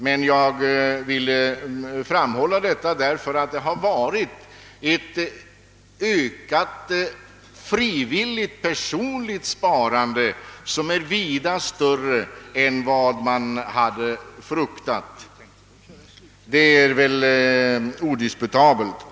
Vad jag ville framhålla var att det skett ett ökat frivilligt personligt sparande som är vida större än vad man hade räknat med. Det är väl odiskutabelt!